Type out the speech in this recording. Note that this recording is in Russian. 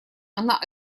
она